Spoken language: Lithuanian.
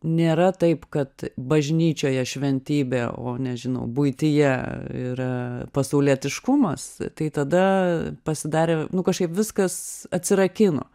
nėra taip kad bažnyčioje šventybė o nežinau buityje yra pasaulietiškumas tai tada pasidarė nu kažkaip viskas atsirakino